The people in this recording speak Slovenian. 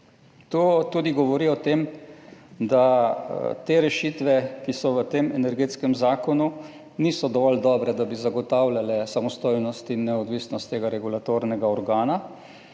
To tudi govori o tem, da rešitve, ki so v tem energetskem zakonu, niso dovolj dobre, da bi zagotavljale samostojnost in neodvisnost tega regulatornega organa,